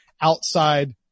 outside